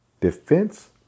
defense